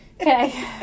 Okay